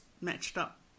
matched-up